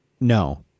no